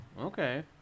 okay